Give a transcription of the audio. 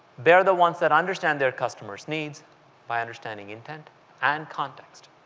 they are the ones that understand their customers' needs by understanding intent and context.